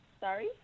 Sorry